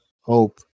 Hope